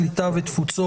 הקליטה והתפוצות,